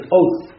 oath